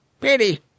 Pity